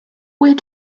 where